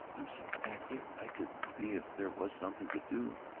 i'm so active i could be if there was something to do.